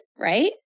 right